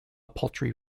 paltry